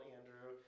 Andrew